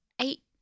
eight